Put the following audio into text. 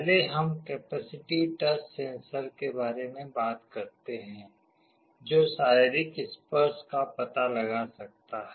पहले हम capacitive touch sensor के बारे में बात करते हैं जो शारीरिक स्पर्श का पता लगा सकता है